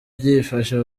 byifashe